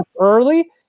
early